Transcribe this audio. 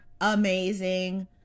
amazing